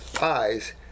eyes